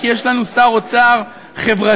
כי יש לנו שר אוצר חברתי,